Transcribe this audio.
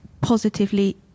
positively